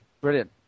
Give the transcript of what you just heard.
Brilliant